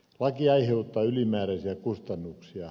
laki aiheuttaa ylimääräisiä kustannuksia